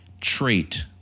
trait